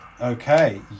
okay